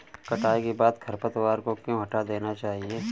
कटाई के बाद खरपतवार को क्यो हटा देना चाहिए?